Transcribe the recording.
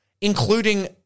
Including